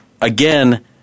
again